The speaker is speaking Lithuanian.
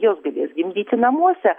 jos galės gimdyti namuose